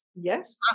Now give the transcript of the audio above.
yes